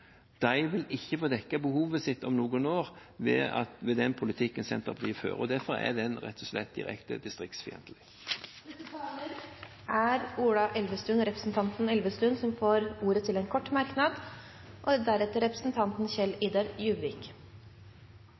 vil ikke få dekket behovet sitt om noen år med den politikken Senterpartiet fører. Derfor er den rett og slett direkte distriktsfiendtlig. Representanten Ola Elvestuen har hatt ordet to ganger tidligere og får ordet til en kort merknad,